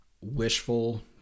wishful